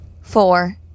Four